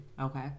Okay